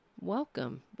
Welcome